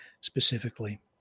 specifically